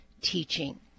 teaching